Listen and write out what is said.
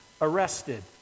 arrested